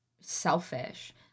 selfish